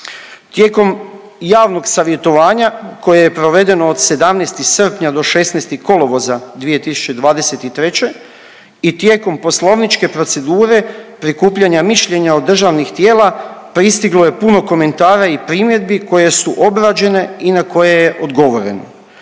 Tijekom javnog savjetovanja koje je provedeno do 17. srpnja do 16. kolovoza 2023. i tijekom poslovničke procedure prikupljanja mišljenja od državnih tijela, pristiglo je puno komentara i primjedbi koje su obrađene i na koje je odgovoreno.